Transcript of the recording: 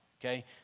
Okay